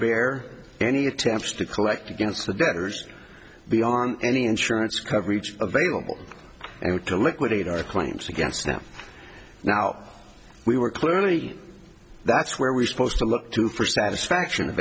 forbear any attempts to collect against the debtors beyond any insurance coverage available and to liquidate our claims against them now we were clearly that's where we supposed to look to for satisfaction